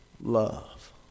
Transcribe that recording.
love